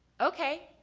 okay,